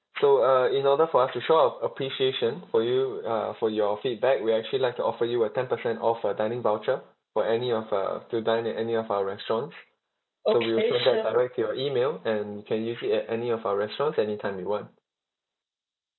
so uh in order for us to show our appreciation for you uh for your feedback we actually like to offer you a ten percent off uh dining voucher for any of uh if you dine in any of our restaurants uh so we will send that direct to your email and you can use it at any of our restaurants anytime you want